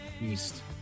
east